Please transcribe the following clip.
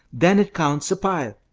then it counts a pile.